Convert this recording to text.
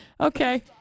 Okay